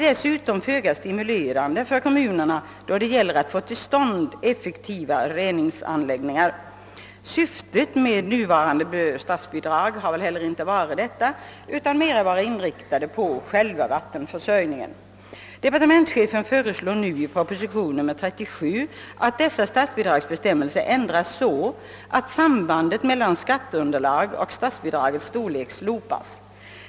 Dessutom stimulerar dessa bestämmelser inte i någon större utsträckning kommunerna att skapa effektiva reningsanläggningar. Syftet med nuvarande statsbidrag har väl heller inte varit detta, utan inriktningen har främst gällt själva vattenförsörjningen. Departementschefen föreslår nu i propositionen att statsbidragsbestämmelserna skall ändras så att sambandet mellan skatteunderlaget och statsbidragets storlek slopas.